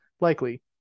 likely